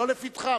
ולא לפתחם,